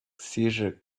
seizure